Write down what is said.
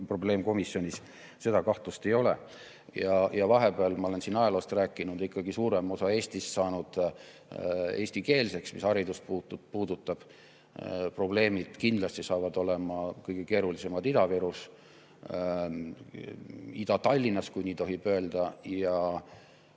probleemkomisjonis seda kahtlust ei ole. Ja vahepeal, ma olen siin ajaloost rääkinud, on ikkagi suurem osa Eestist saanud eestikeelseks, mis haridusse puutub. Probleemid saavad kindlasti olema kõige keerulisemad Ida-Virus ja Ida-Tallinnas, kui nii tohib öelda,